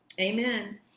Amen